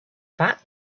that